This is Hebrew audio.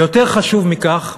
ויותר חשוב מכך,